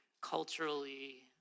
culturally